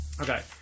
okay